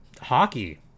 hockey